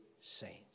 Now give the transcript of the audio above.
saints